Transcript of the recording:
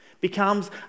becomes